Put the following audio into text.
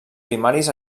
primaris